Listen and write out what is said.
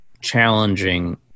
challenging